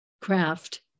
craft